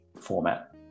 format